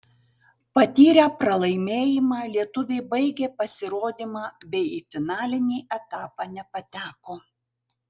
patyrę pralaimėjimą lietuviai baigė pasirodymą bei į finalinį etapą nepateko